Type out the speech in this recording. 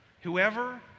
Whoever